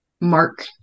Mark